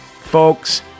folks